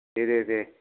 दे दे दे